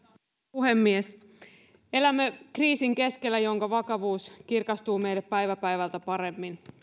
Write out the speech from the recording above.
puhemies elämme kriisin keskellä jonka vakavuus kirkastuu meille päivä päivältä paremmin